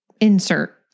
insert